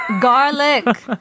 Garlic